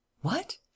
What